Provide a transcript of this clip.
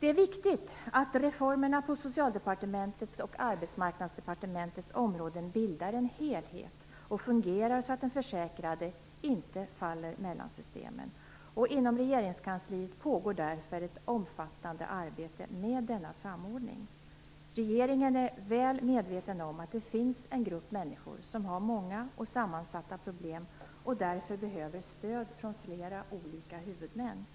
Det är viktigt att reformerna på Socialdepartementets och Arbetsmarknadsdepartementets områden bildar en helhet och fungerar så att försäkrade inte faller mellan systemen. Inom regeringskansliet pågår därför ett omfattande arbete med denna samordning. Regeringen är väl medveten om att det finns en grupp människor som har många och sammansatta problem och därför behöver stöd från flera olika huvudmän.